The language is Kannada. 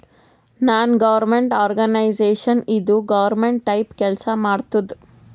ನಾನ್ ಗೌರ್ಮೆಂಟ್ ಆರ್ಗನೈಜೇಷನ್ ಇದು ಗೌರ್ಮೆಂಟ್ ಟೈಪ್ ಕೆಲ್ಸಾ ಮಾಡತ್ತುದ್